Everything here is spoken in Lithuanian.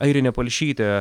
airinė palšytė